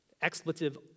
expletive